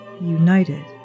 united